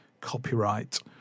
copyright